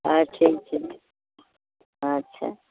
अच्छा अच्छा अच्छा